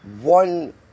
one